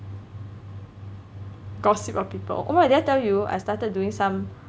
gossip of people oh did I tell you I started doing some